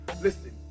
Listen